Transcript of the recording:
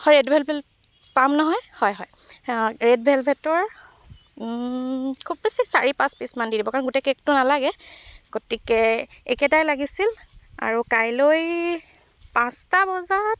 হয় ৰেড ভেল ভেল পাম নহয় হয় হয় ৰেড ভেলভেটৰ খুব বেছি চাৰি পাঁচ পিচমান দি দিব কাৰণ গোটেই কেকটো নালাগে গতিকে একেইটাই লাগিছিল আৰু কাইলৈ পাঁচটা বজাত